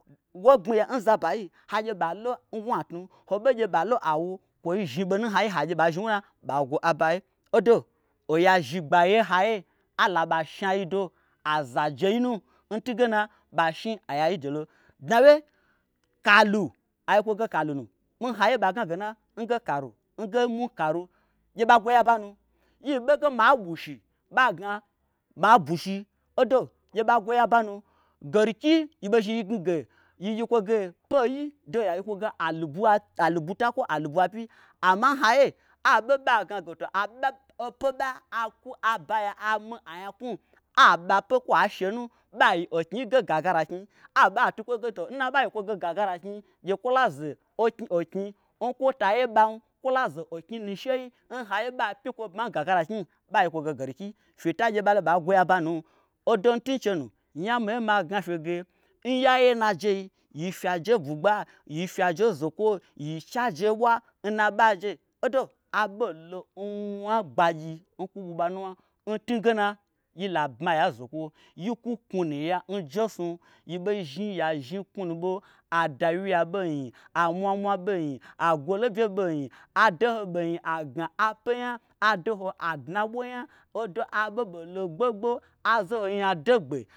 Wo gbmiya n zabayi hagye ɓalo ngnwu atnu hoɓei gye ɓai lo awo kwoi zhi ɓonu n hayi hagye ɓai zhni nwuna ɓai gwo aɓayi. odo oyi'a zhigba aye n haiye alaɓa shnayi do azajei nu ntun gena ɓa shna anya yi dolo dnawye kalu ayi kwo ge kalu nu n haiye ɓa gna gena nge karu nge mun karu gye ɓagwo yaba nu. yiɓe ge maɓushi ɓagna mabushi odo gye ɓa gwo yi abanu, garki yi ɓei zhni yi gna ge. yi yi kwo ge peyi doho yayi kwoge alubui ta doho alubui'apyi amma n haiye aɓe ɓa gnage to a ɓe ope ɓa akwu abaya ami anyaknwu aɓa pe kwa shenu ɓa yi oknyi yi ge gagara knyi aiɓe ai tukwoye ge to nna ɓayi kwoge gagara knyi gye kwola ze oknyi n kwo ta yeɓam gye kwola ze oknyi nu shei n haiye ɓa pmyi kwo bma n gagara knyi ɓayi kwo ge garki fye ta gye ɓalo ɓai gwo yaba nu. Odo ntun che nu nya miye ma gnafye ge n yaye najei yi fyiaje n. bwugba, yi fyi aje n zokwo, yi che'ajebwa nna aɓo'ajei. odo aɓolo n mwa n gbagyi nkwu ɓui ɓa nuwna ntungena yila bmaya n zokwo yikwu knwunu ya njesnu, yi ɓei zhni ya zhni knwunubo adawyi ya bei nyi. amwamwa bei yi. agwolobye bei nyi. adoho ɓeinyi agna apenya. adoho adnabo nya odo aɓo ɓolo gbogbo azoho nya degbe.